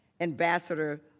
Ambassador